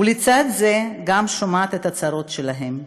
ולצד זה גם שומעת את הצרות שלהם,